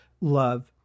love